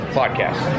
podcast